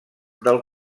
del